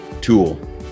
tool